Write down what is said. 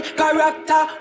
character